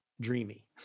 dreamy